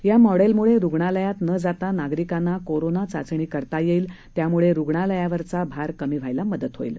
या मॉडेलमुळे रुग्णालयात न जाता नागरिकांना कोरोना चाचणी करता येईल त्यामुळे रुग्णालयावरचा भार कमी व्हायला मदत होईल